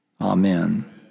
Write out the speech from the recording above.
Amen